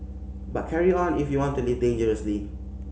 but carry on if you want to live dangerously